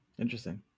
Interesting